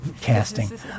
casting